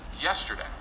yesterday